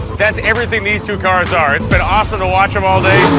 that's everything these two cars are. it's been awesome to watch em all day,